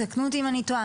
תקנו אותי אם אני טועה,